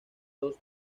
dos